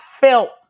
felt